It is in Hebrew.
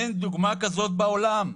אין דוגמה כזאת בעולם.